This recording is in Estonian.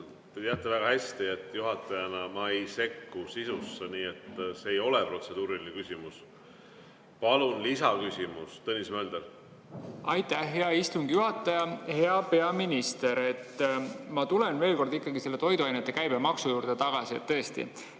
Te teate väga hästi, et juhatajana ma ei sekku sisusse. See ei olnud protseduuriline küsimus. Palun lisaküsimus, Tõnis Mölder! Aitäh, hea istungi juhataja! Hea peaminister! Ma tulen veel kord selle toiduainete käibemaksu juurde tagasi. Tõesti,